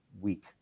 week